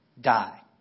die